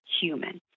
human